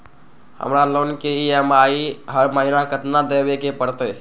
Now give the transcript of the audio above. हमरा लोन के ई.एम.आई हर महिना केतना देबे के परतई?